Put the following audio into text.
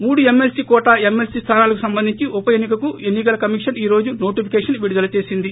మూడు MLA quota MLC స్థానాలకు సంభందించి ఉపఎన్ని కకు ఎన్ని కల కమిషన్ ఈ రోజు నోటిఫికేషన్ విడుదచేసింది